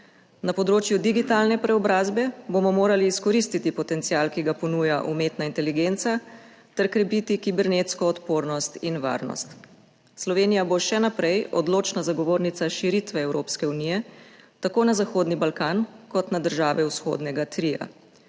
Na področju digitalne preobrazbe bomo morali izkoristiti potencial, ki ga ponuja umetna inteligenca, ter krepiti kibernetsko odpornost in varnost. Slovenija bo še naprej odločna zagovornica širitve Evropske unije, tako na Zahodni Balkan kot na države vzhodnega tria.